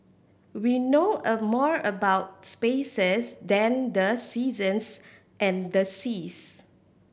we know a more about spaces than the seasons and the seas